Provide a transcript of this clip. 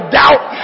doubt